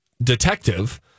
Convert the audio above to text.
detective